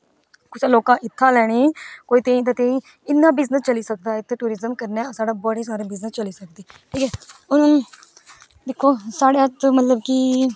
कुसैं लोके इत्थै लेनी कोई ताईं दा तांई इन्ना बिजनस चली सकदा टूरिजम कन्नै बिजनस चली सकदे ठीक ऐ हून दिक्खो कि मतलब कि